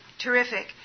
terrific